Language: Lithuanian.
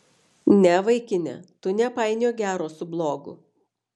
ne vaikine tu nepainiok gero su blogu